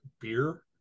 beer